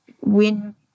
win